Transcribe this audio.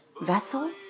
vessel